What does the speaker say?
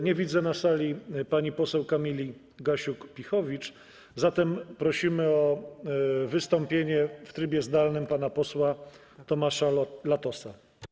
Nie widzę na sali pani poseł Kamili Gasiuk-Pihowicz, zatem prosimy o wystąpienie w trybie zdalnym pana posła Tomasza Latosa.